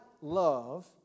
love